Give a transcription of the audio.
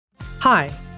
Hi